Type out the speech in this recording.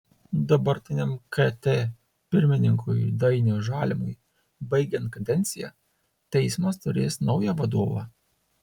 dabartiniam kt pirmininkui dainiui žalimui baigiant kadenciją teismas turės naują vadovą